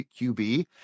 QB